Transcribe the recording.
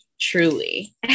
truly